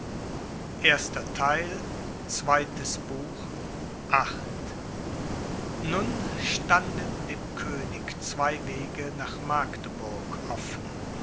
nun standen dem könig zwei wege nach magdeburg offen